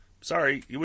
Sorry